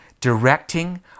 directing